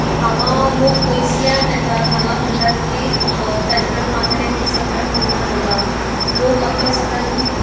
हांगा लोक पयसुल्ल्यान येतात हांगा म्हणटात की ताचें कडेन मागलें की सगळें पूर्ण जाता लोक आपलें सगळें दूख